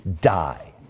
die